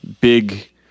big